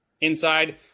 inside